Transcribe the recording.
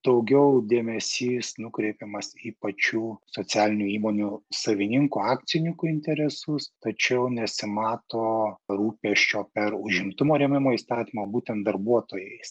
daugiau dėmesys nukreipiamas į pačių socialinių įmonių savininkų akcininkų interesus tačiau nesimato rūpesčio per užimtumo rėmimo įstatymą būtent darbuotojais